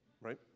right